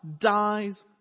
dies